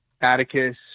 Atticus